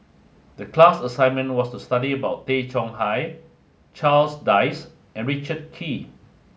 the class assignment was to study about Tay Chong Hai Charles Dyce and Richard Kee